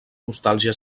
nostàlgia